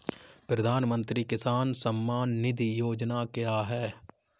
प्रधानमंत्री किसान सम्मान निधि योजना क्या है?